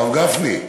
הרב גפני,